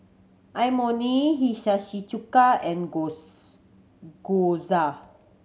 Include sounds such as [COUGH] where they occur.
Imoni Hiyashi Chuka and [UNINTELLIGIBLE] Gyoza